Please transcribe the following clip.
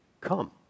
come